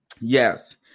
Yes